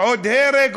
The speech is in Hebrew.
עוד הרג,